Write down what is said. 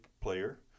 player